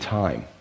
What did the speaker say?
time